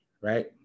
right